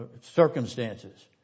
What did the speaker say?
circumstances